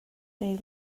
neu